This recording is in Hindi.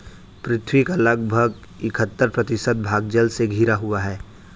पृथ्वी का लगभग इकहत्तर प्रतिशत भाग जल से घिरा हुआ है